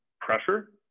pressure